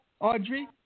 Audrey